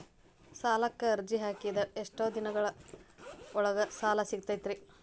ಸಾಲಕ್ಕ ಅರ್ಜಿ ಹಾಕಿದ್ ಎಷ್ಟ ದಿನದೊಳಗ ಸಾಲ ಸಿಗತೈತ್ರಿ?